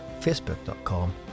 facebook.com